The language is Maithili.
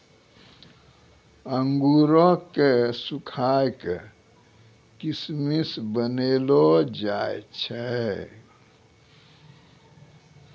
अंगूरो क सुखाय क किशमिश बनैलो जाय छै